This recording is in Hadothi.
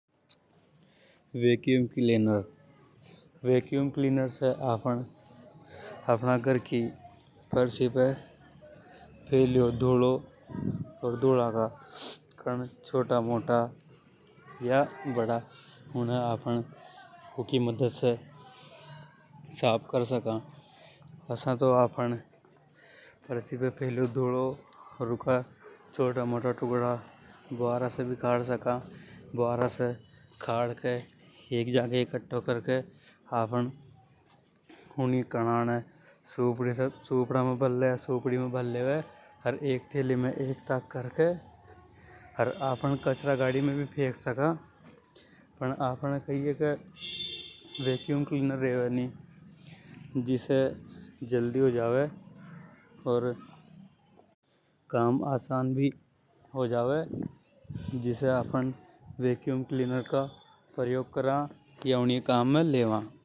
वैक्यूम क्लीनर से आफ़न अपना घर की परसी पे फैलियो धूलों ओर धुला का कण साफ कर सका। असा तो आफ़न पर्सी पे फैलियो धूलों ओर ऊका छोटा मोटा कण बावरा की मदद से भी खाड सका। उन कण ये सुपड़ा, सुपड़ी से भर के थैली में एक्टा करके आपन कचरा गाड़ी में भी फेंक सका। पण कई हे के वैक्यूम क्लीनर रेवे नि जल्दी हो जावे। ओर काम आसान भी हो जावे। जिसे आफ़न वैक्यूम क्लीनर ये काम में लेवा ।